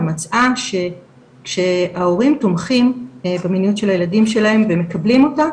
ומצאה שכשההורים תומכים במיניות של הילדים שלהם והם מקבלים אותה,